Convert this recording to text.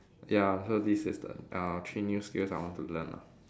ya so this is the uh three new skills I want to learn lah